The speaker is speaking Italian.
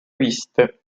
viste